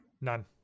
None